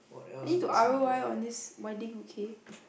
I need to R_O_I on this wedding okay